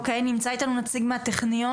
אוקיי, נמצא איתנו נציג מהטכניון?